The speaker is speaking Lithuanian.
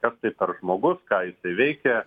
kas tai per žmogus ką jisai veikia